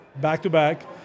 back-to-back